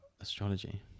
astrology